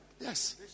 Yes